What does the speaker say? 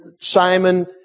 Simon